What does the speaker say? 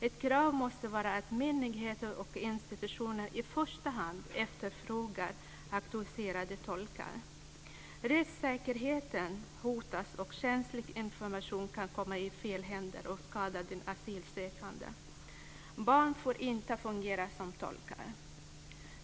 Ett krav måste vara att myndigheter och institutioner i första hand efterfrågar auktoriserade tolkar. Rättssäkerheten hotas och känslig information kan komma i fel händer och skada den asylsökande. Barn får inte fungera som tolkar.